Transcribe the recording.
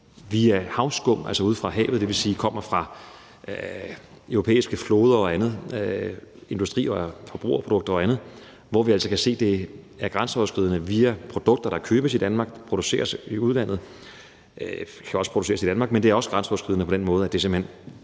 via havskum ude fra havet. Det vil sige, at det kommer fra europæiske floder og andet – industri, forbrugerprodukter og andet. Det er altså grænseoverskridende via produkter, der købes i Danmark, men produceres i udlandet. De kan også produceres i Danmark, men det er grænseoverskridende på den måde, at stofferne simpelt hen